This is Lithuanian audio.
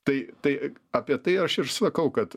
tai tai apie tai aš ir sakau kad